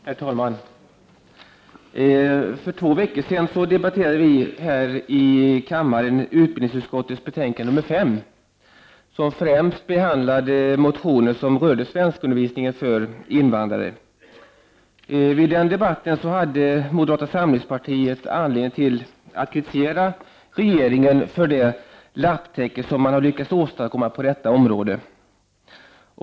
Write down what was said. Herr talman! För två veckor sedan debatterade vi i kammaren utbildningsutskottets betänkande 5, som främst behandlar motioner om svenskundervisning för invandrare. Vid den debatten hade moderata samlingspartiet anledning att kritisera regeringen för det ”lapptäcke” som man har lyckats åstadkomma på detta område.